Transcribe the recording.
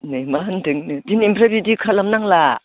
नै मा होन्दोंनो दिनैनिफ्राय बिदि खालामनांला